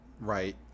right